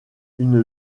une